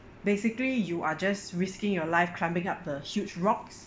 basically you are just risking your life climbing up the huge rocks